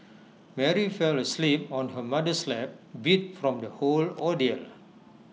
Mary fell asleep on her mother's lap beat from the whole ordeal